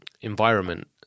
environment